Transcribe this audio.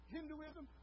Hinduism